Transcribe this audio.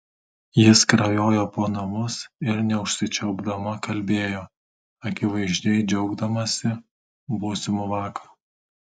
ji skrajojo po namus ir neužsičiaupdama kalbėjo akivaizdžiai džiaugdamasi būsimu vakaru